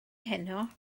heno